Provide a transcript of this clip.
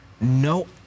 no